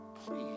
Please